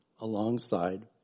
alongside